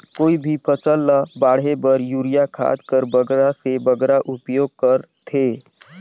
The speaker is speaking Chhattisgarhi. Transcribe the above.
कोई भी फसल ल बाढ़े बर युरिया खाद कर बगरा से बगरा उपयोग कर थें?